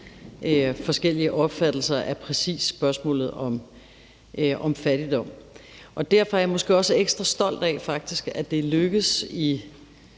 forskellige opfattelser af præcis spørgsmålet om fattigdom. Derfor er jeg måske også ekstra stolt af, at det faktisk